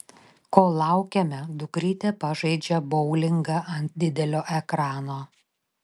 kol laukiame dukrytė pažaidžia boulingą ant didelio ekrano